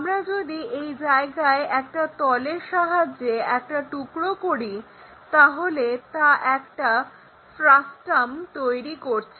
আমরা যদি এই জায়গায় একটা তলের সাহায্যে একটা টুকরো করি তাহলে তা একটা ফ্রাস্টাম তৈরি করছে